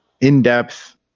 in-depth